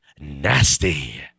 Nasty